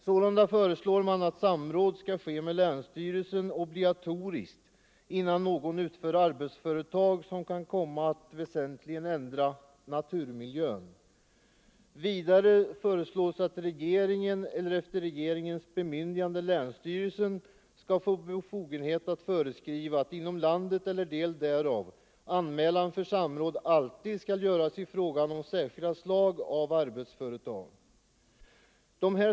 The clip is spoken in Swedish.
Sålunda föreslås att samråd med länsstyrelsen blir obligatoriskt innan någon utför arbetsföretag som kan komma att väsentligt ändra naturmiljön. Vidare föreslås att regeringen eller efter regeringens bemyndigande länsstyrelsen får befogenhet att föreskriva att inom landet eller del därav anmälan för samråd alltid skall göras i fråga om särskilda slag av arbetsföretag.